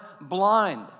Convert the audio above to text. blind